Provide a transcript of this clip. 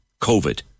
COVID